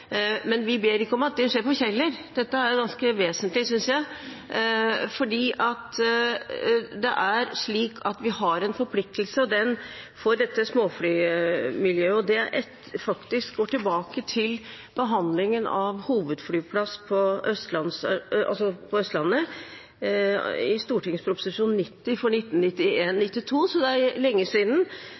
men vi ber ikke om at det blir på Kjeller. Dette er ganske vesentlig, synes jeg. Vi har en forpliktelse overfor dette småflymiljøet, og det går faktisk tilbake til behandlingen av hovedflyplass på Østlandet, i St.prp. nr. 90 for 1991–1992, så det er lenge siden.